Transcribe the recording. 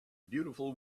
beautiful